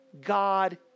God